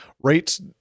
rates